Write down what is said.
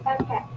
Okay